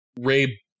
Ray